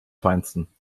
feinsten